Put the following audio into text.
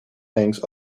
hangs